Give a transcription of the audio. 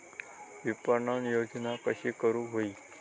विपणन योजना कशी करुक होई?